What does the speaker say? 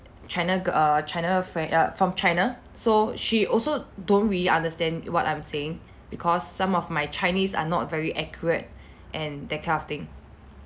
china girl china friend err from china so she also don't really understand what I'm saying because some of my chinese are not very accurate and that kind of thing